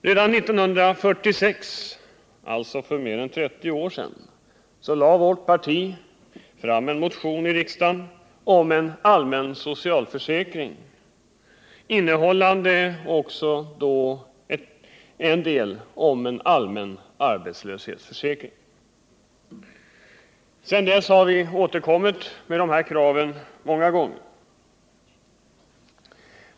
Redan 1946, alltså för mer än 30 år sedan, lade vårt parti fram en motion i riksdagen om en allmän socialförsäkring, innehållande också ett delförslag om en allmän arbetslöshetsförsäkring. Sedan dess har vi återkommit med de kraven många gånger.